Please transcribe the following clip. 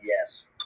Yes